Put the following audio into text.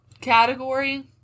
category